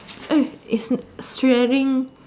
eh is sharing